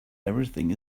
everything